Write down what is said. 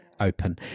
open